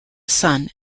son